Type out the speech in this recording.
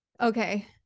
okay